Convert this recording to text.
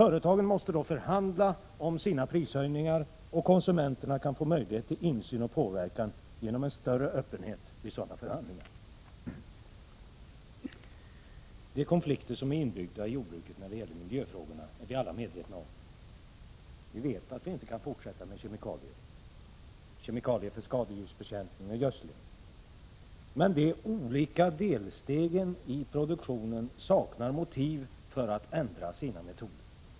Företagen måste då förhandla om sina prishöjningar och konsumenterna få möjlighet till insyn och påverkan genom en större öppenhet vid sådana förhandlingar. De konflikter som är inbyggda i jordbruket när det gäller miljöfrågorna är vi alla medvetna om. Vi vet att vi inte kan fortsätta med kemikalier för skadedjursbekämpning och gödsling, men de olika delstegen i produktionen saknar motiv för att ändra sina metoder.